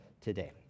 today